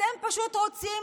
אתם פשוט רוצים